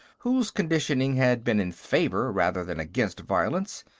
whose conditioning has been in favor rather than against violence.